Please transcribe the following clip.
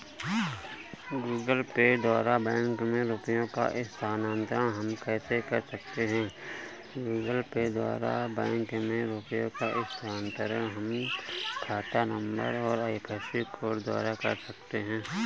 Google Pay द्वारा bank में रुपयों का स्थानांतरण हम कैसे कर सकते हैं?